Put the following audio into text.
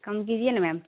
کم کیجیے نا میم